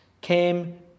came